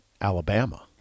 Alabama